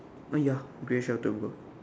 ah ya grey shelter bro